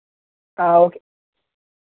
okay